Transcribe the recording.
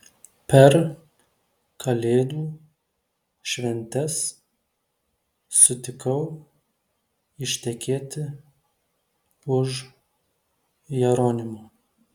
per kalėdų šventes sutikau ištekėti už jeronimo